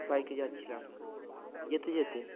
বাইকে যাচ্ছিলাম যেতে যেতে